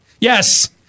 Yes